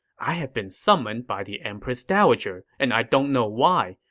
i have been summoned by the empress dowager, and i don't know why.